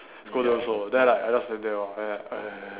scolded also then I like I just stand lor